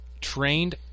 trained